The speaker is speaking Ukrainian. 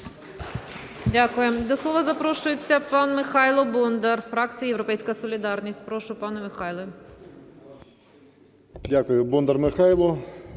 Дякуємо. До слова запрошується пан Михайло Бондар, фракція "Європейська солідарність". Прошу, пане Михайле. 13:41:12 БОНДАР М.Л.